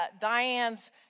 Diane's